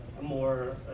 more